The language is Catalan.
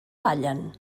ballen